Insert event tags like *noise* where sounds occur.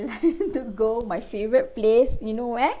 *laughs* like to go my favourite place you know where